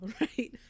right